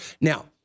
Now